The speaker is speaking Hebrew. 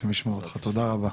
השם ישמור אותך, תודה רבה.